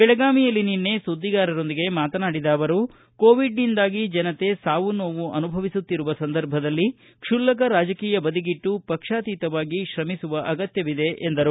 ಬೆಳಗಾವಿಯಲ್ಲಿ ನಿನ್ನೆ ಸುದ್ದಿಗಾರರೊಂದಿಗೆ ಮಾತನಾಡಿದ ಅವರು ಕೋವಿಡ್ನಿಂದಾಗಿ ಜನತೆ ಸಾವು ನೋವು ಅನುಭವಿಸುತ್ತಿರುವ ಸಂದರ್ಭದಲ್ಲಿ ಕ್ಷುಲ್ಲಕ ರಾಜಕೀಯ ಬದಿಗಿಟ್ಲು ಪಕ್ಷಾತೀತವಾಗಿ ಶ್ರಮಿಸುವ ಅಗತ್ಯವಿದೆ ಎಂದರು